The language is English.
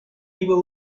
evil